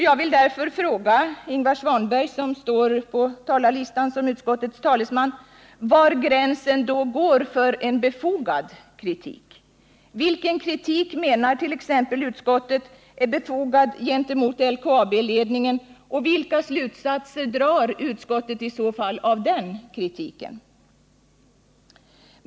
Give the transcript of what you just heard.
Jag vill därför fråga Ingvar Svanberg, som står på talarlistan som utskottets talesman, var gränsen då går för en befogad kritik. Vilken kritik menar t.ex. utskottet är befogad gentemot LKAB ledningen, och vilka slutsatser drar utskottet i så fall av den kritiken?